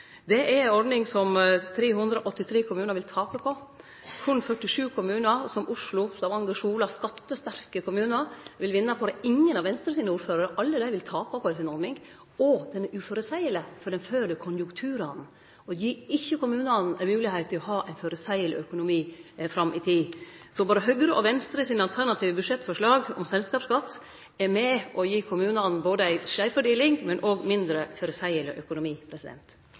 Det er ei ordning som 383 kommunar vil tape på. Berre 47 kommunar, som Oslo, Stavanger og Sola – skattesterke kommunar – vil vinne på det. Alle ordførarane frå Venstre vil tape på ei slik ordning, som òg er uføreseieleg, fordi ho følgjer konjunkturane og gir ikkje kommunane moglegheit til å ha ein føreseieleg økonomi fram i tid. Så både Høgre og Venstre sine alternative budsjettforslag om selskapsskatt er med på å gi kommunane ei skeivfordeling og ein mindre føreseieleg økonomi.